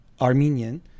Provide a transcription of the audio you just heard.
Armenian